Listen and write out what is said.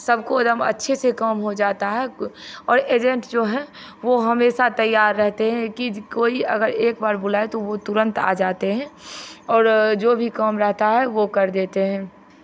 सबको एकदम अच्छे से काम हो जाता हैं और एजेंट जो है वो हमेशा तैयार रहते हैं कि कोई अगर एक बार बुलाए तो वो तुरंत आ जाते हैं और जो भी काम रहता है वो कर देते हैं